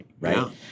right